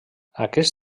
aquests